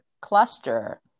cluster